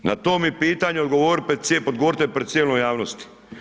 Na to mi pitanje odgovorite pred cijelom javnosti.